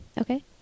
okay